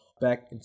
back